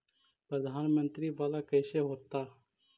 प्रधानमंत्री मंत्री वाला कैसे होता?